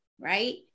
right